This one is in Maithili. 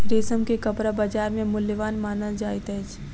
रेशम के कपड़ा बजार में मूल्यवान मानल जाइत अछि